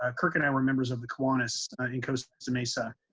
ah kirk and i were members of the kiwanis in costa mesa.